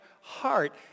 heart